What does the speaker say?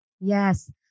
Yes